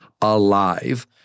alive